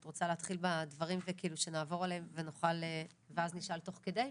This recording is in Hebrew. את רוצה להתחיל בדברים ושנעבור עליהם ואז נשאל תוך כדי?